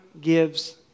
gives